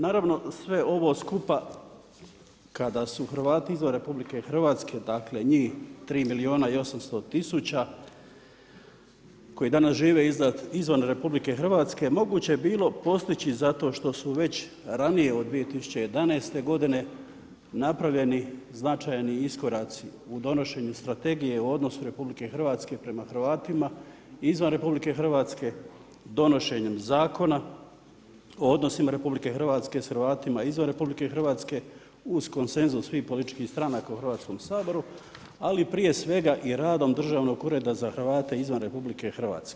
Naravno, sve ovo skupa, kada su Hrvati izvan RH, njih 3 milijuna i 800 tisuća, koji danas žive izvan RH, moguće je bilo postići zato što su već ranije od 2011. godine napravljeni značajni iskoraci u donošenju strategije u odnos RH prema Hrvatima izvan RH, donošenjem zakona o odnosima RH s Hrvatima izvan RH, uz konsenzus svih političkih stranaka u Hrvatskom saboru, ali prije svega i radom Državnog ureda za Hrvate izvan RH.